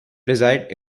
reside